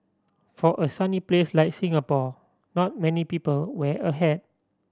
for a sunny place like Singapore not many people wear a hat